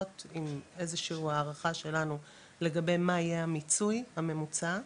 עם איזושהי הערכה שלנו לגבי מה יהיה המיצוי הממוצע,